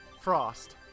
Frost